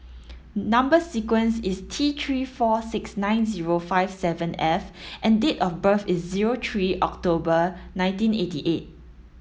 number sequence is T three four six nine zero five seven F and date of birth is zero three October nineteen eighty eight